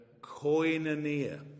Koinonia